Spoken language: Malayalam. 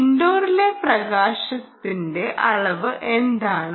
ഇൻഡോറിലെ പ്രകാശത്തിന്റെ അളവ് എന്താണ്